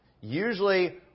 Usually